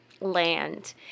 land